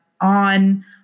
on